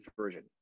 version